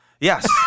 Yes